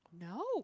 No